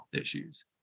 issues